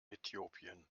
äthiopien